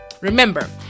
Remember